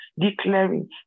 declaring